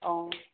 অঁ